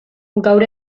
gaur